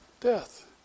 death